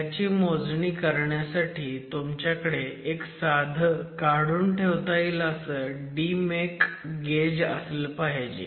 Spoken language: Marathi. ह्याची मोजणी करण्यासाठी तुमच्याकडे एक साधं काढून ठेवता येईल असं DEMEC गेज असलं पाहिजे